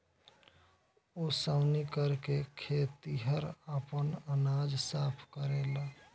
ओसौनी करके खेतिहर आपन अनाज साफ करेलेन